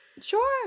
Sure